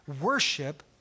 worship